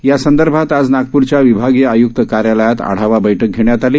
या संदर्भात आज नागपूरच्या विभागीय आय्क्त कार्यालयात आढावा बैठक घेण्यात आली